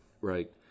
Right